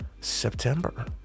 September